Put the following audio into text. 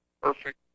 perfect